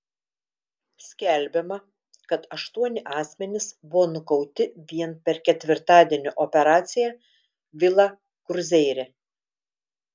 skelbiama kad aštuoni asmenys buvo nukauti vien per ketvirtadienio operaciją vila kruzeire